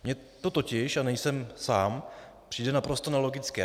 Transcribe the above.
Mně to totiž, a nejsem sám, přijde naprosto nelogické.